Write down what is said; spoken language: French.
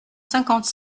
cinquante